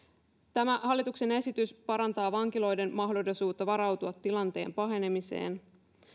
tämä hallituksen esitys parantaa vankiloiden mahdollisuutta varautua tilanteen pahenemiseen